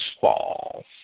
fall